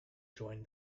join